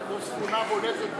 זו ספונה בולטת מאוד.